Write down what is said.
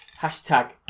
Hashtag